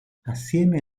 assieme